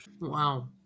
Wow